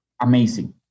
amazing